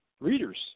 reader's